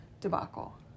debacle